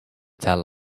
tell